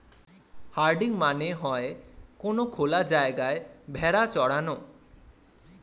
herding মানে হয়ে কোনো খোলা জায়গায় ভেড়া চরানো